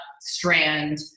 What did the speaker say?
Strand